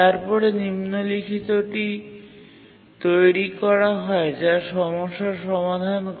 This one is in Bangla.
তারপরে নিম্নলিখিতটি তৈরি করা হয় যা সমস্যার সমাধান করে